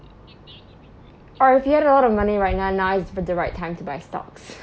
or if you had a lot of money right now now is the right time to buy stocks